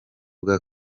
bwa